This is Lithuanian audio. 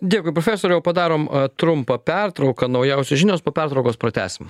dėkui profesoriau padarom trumpą pertrauką naujausios žinios po pertraukos pratęsim